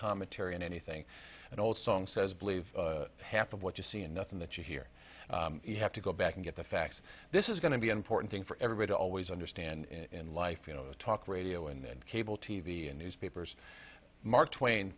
commentary on anything an old song says believe half of what you see and nothing that you hear you have to go back and get the facts this is going to be an important thing for everybody always understand in life you know talk radio and cable t v and newspapers mark twain